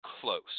close